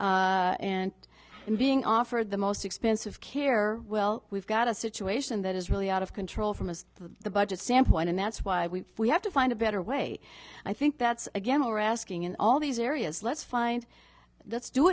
rooms and being offered the most expensive care well we've got a situation that is really out of control from as the budget sam point and that's why we we have to find a better way i think that's again we're asking in all these areas let's find that's do